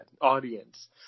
audience